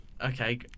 Okay